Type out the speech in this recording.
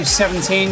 17